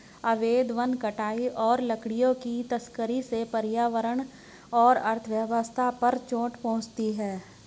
अवैध वन कटाई और लकड़ियों की तस्करी से पर्यावरण और अर्थव्यवस्था पर चोट पहुँचती है